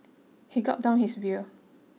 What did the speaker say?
he gulped down his beer